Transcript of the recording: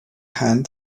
hand